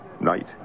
Night